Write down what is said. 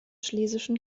schlesischen